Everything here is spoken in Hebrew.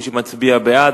מי שמצביע בעד,